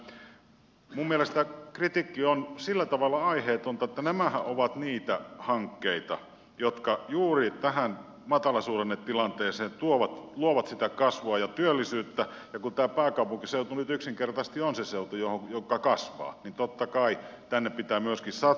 minun mielestäni kritiikki on sillä tavalla aiheetonta että nämähän ovat niitä hankkeita jotka juuri tähän matalasuhdannetilanteeseen luovat sitä kasvua ja työllisyyttä ja kun pääkaupunkiseutu nyt yksinkertaisesti on se seutu joka kasvaa niin totta kai tänne pitää myöskin satsata